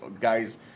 guys